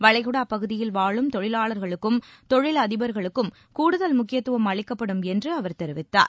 வளைகுடா பகுதியில் வாழும் தொழிலாளர்களுக்கும் தொழில் அதிபர்களுக்கும் கூடுதல் முக்கியத்துவம் அளிக்கப்படும் என்று அவர் தெரிவித்தார்